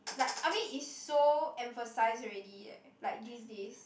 like I mean is so emphasise already like these days